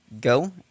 go